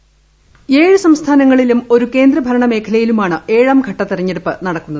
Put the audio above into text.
voice ഏഴ് സംസ്ഥാനങ്ങളിലും ഒരു കേന്ദ്രഭരണ മേഖലയിലുമാണ് ഏഴാംഘട്ട തെരഞ്ഞെടുപ്പ് നടക്കുന്നത്